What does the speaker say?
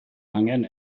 angen